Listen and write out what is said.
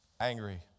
angry